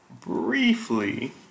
briefly